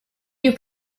you